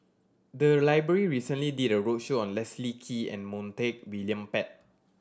the library recently did a roadshow on Leslie Kee and Montague William Pett